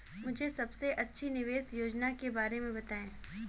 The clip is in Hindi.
मुझे सबसे अच्छी निवेश योजना के बारे में बताएँ?